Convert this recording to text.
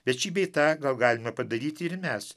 bet šį bei tą gal galime padaryti ir mes